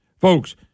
folks